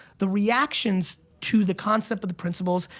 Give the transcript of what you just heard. the reactions to the concept of the principles,